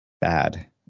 bad